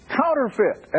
counterfeit